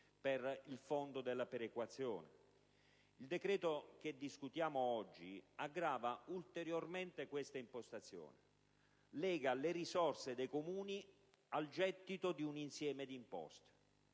Il decreto che discutiamo oggi aggrava ulteriormente questa impostazione, legando le risorse dei Comuni al gettito di un insieme di imposte.